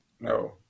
No